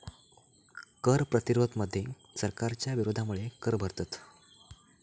कर प्रतिरोध मध्ये सरकारच्या विरोधामुळे कर भरतत